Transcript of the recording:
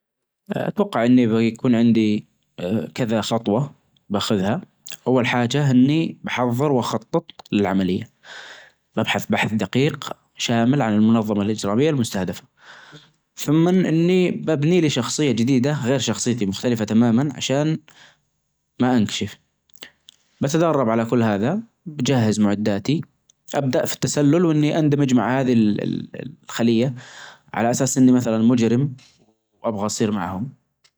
إيه، ممكن تحقيق السلام العالمي لو تعاونت الدول والشعوب مع بعظ لازم نركز على الحوار والاحترام المتبادل، ونتفق على حل المشاكل بدون عنف أيظاً التعليم يلعب دور كبير، لأن نشر الوعي والسلام يبدأ من الناس وإذا كل واحد منا عمل على نشر المحبة والتفاهم، بيكون العالم مكان أفظل.